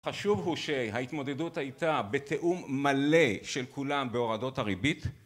חשוב הוא שההתמודדות הייתה בתאום מלא של כולם בהורדות הריבית